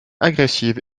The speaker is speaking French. agressive